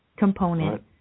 component